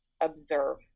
observe